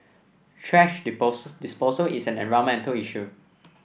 thrash disposal is an environmental issue